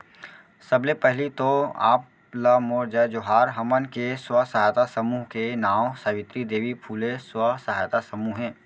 सबले पहिली तो आप ला मोर जय जोहार, हमन के स्व सहायता समूह के नांव सावित्री देवी फूले स्व सहायता समूह हे